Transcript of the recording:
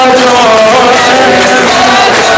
joy